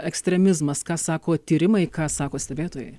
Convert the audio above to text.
ekstremizmas ką sako tyrimai ką sako stebėtojai